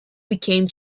became